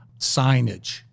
Signage